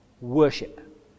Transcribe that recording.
Worship